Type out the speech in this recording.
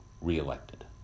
reelected